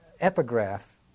epigraph